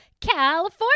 California